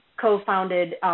co-founded